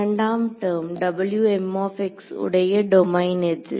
இரண்டாம் டெர்ம் உடைய டொமைன் எது